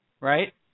right